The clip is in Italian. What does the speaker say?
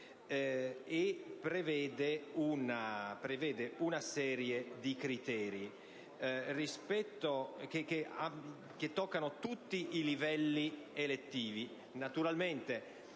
e prevede una serie di criteri che toccano tutti i livelli elettivi.